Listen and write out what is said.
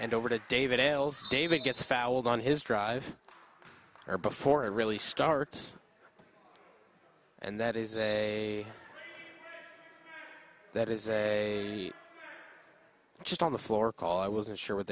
and over to david l's david gets fouled on his drive or before it really starts and that is a that is a just on the floor call i wasn't sure what